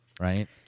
Right